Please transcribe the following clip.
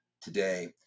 today